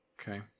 Okay